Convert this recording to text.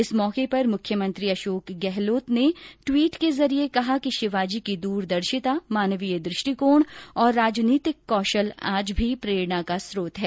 इस मौके पर मुख्यमंत्री अशोक गहलोत ने टवीट के जरिये कहा कि शिवाजी की द्रदर्शिता मानवीय दृष्टिकोण और राजनीतिक कौशल आज भी प्रेरणा का स्रोत है